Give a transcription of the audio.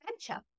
adventure